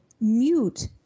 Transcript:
mute